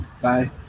Bye